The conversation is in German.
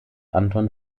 anton